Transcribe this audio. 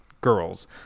girls